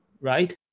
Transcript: right